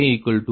56222